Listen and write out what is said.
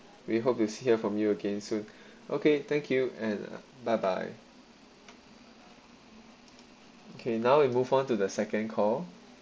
we hope to hear from you again soon okay thank you and bye bye okay now we move on to the second call